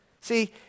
See